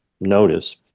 notice